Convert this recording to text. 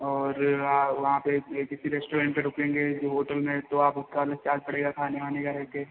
और वहाँ पर एक किसी रेस्टोरेंट पर रुकेंगे जो होटल में तो आप उसका अलग चार्ज पड़ेगा खाने वाने का रहे के